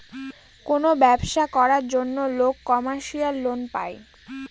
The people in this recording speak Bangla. কোনো ব্যবসা করার জন্য লোক কমার্শিয়াল লোন পায়